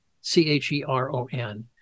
C-H-E-R-O-N